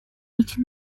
which